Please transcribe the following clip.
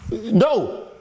No